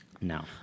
No